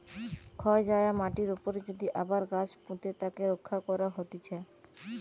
ক্ষয় যায়া মাটির উপরে যদি আবার গাছ পুঁতে তাকে রক্ষা করা হতিছে